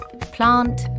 plant